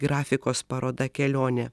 grafikos paroda kelionė